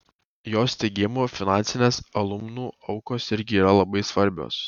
jos teigimu finansinės alumnų aukos irgi yra labai svarbios